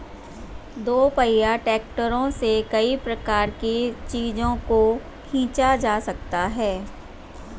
दोपहिया ट्रैक्टरों से कई प्रकार के चीजों को खींचा जा सकता है